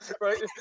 right